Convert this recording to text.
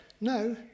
no